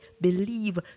believe